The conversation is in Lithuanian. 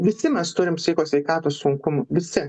visi mes turim psichikos sveikatos sunkumų visi